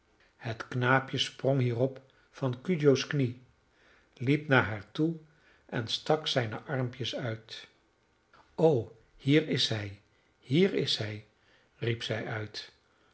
het knaapje sprong hierop van cudjoe's knie liep naar haar toe en stak zijne armpjes uit o hier is hij hier is hij riep zij uit